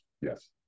Yes